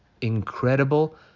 incredible